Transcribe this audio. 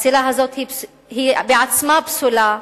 הפסילה הזאת היא בעצמה פסולה,